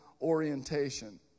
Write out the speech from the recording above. orientation